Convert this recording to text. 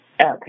Okay